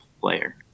player